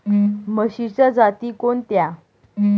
म्हशीच्या जाती कोणत्या?